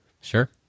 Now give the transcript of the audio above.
Sure